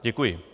Děkuji.